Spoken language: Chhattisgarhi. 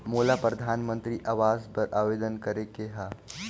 मोला परधानमंतरी आवास बर आवेदन करे के हा?